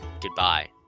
goodbye